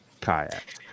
kayak